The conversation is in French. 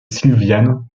silviane